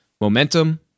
momentum